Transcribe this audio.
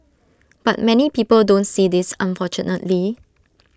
but many people don't see this unfortunately